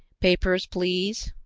papers, please?